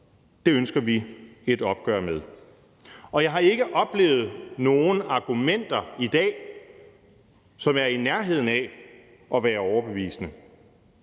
Det ønsker vi et opgør med. Og jeg har ikke oplevet nogen argumenter i dag, som er i nærheden af at være overbevisende.